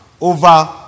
over